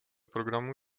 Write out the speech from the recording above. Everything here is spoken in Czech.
programů